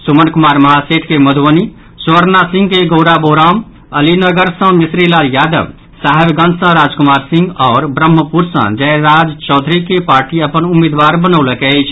सुमन कुमार महासेठ के मधुबनी स्वर्णा सिंह गौड़ाबौराम अलीनगर सँ मिश्रीलाल यादव साहेबगंज सँ राजकुमार सिंह आओर ब्रम्हपुर सँ जय राज चौधरी के पार्टी अपन उम्मीदवार बनौलक अछि